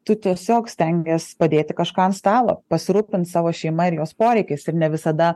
tu tiesiog stengies padėti kažką ant stalo pasirūpint savo šeima ir jos poreikiais ir ne visada